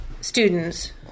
students